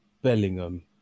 Bellingham